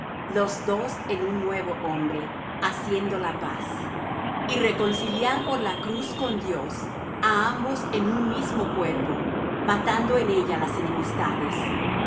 los dos en un nuevo hombre haciendo la paz y reconciliar por la cruz con dios á ambos en un mismo cuerpo matando en ella las enemistades